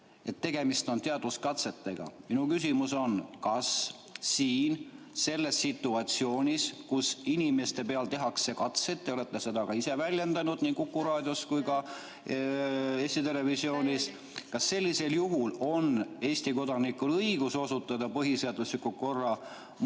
tegemist on teaduskatsetega. Mu küsimus on, kas siin selles situatsioonis, kus inimeste peal tehakse katseid – te olete seda ka ise väljendanud nii Kuku raadios kui ka Eesti Televisioonis –, on Eesti kodanikul õigus osutada põhiseadusliku korra